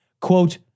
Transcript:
Quote